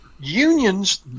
unions